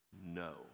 no